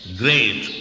great